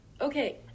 okay